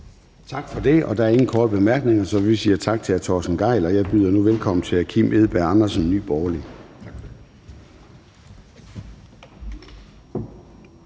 Gade): Der er ingen korte bemærkninger, så vi siger tak til hr. Noah Sturis. Og jeg byder nu velkommen til hr. Kim Edberg Andersen fra Nye Borgerlige.